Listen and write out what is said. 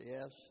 Yes